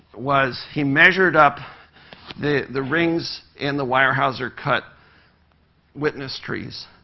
was he measured up the the rings in the weyerhaeuser-cut witness trees,